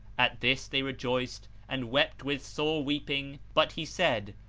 at this they rejoiced and wept with sore weeping but he said,